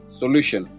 solution